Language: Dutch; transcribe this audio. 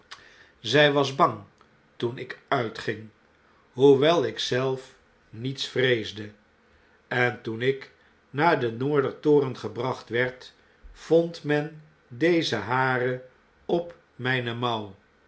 zjj was bang toen ik uitging hoewel ik zelf niets vreesde en toen ik naar den noorder toren gebracht werd vond men deze haren op mgne mouw